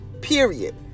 period